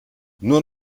nur